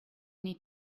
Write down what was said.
need